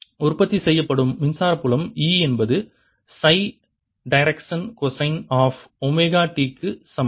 உற்பத்தி செய்யப்படும் மின்சார புலம் E என்பது சை direction cosine of omega t க்கு சமம்